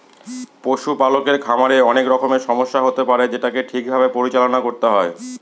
পশুপালকের খামারে অনেক রকমের সমস্যা হতে পারে যেটাকে ঠিক ভাবে পরিচালনা করতে হয়